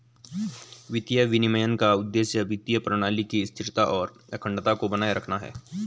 वित्तीय विनियमन का उद्देश्य वित्तीय प्रणाली की स्थिरता और अखंडता को बनाए रखना है